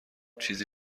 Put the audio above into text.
چیزی